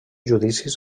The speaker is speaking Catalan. judicis